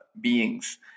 beings